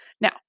Now